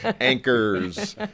anchors